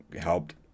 helped